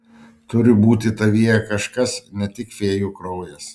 turi būti tavyje kažkas ne tik fėjų kraujas